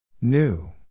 New